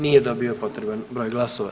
Nije dobio potreban broj glasova.